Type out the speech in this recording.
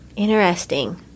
Interesting